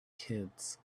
kids